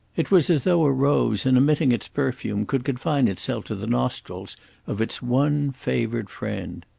it was as though a rose in emitting its perfume could confine itself to the nostrils of its one favoured friend.